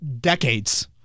decades